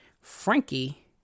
Frankie